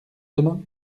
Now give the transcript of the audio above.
demain